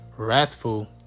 wrathful